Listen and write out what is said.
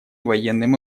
военным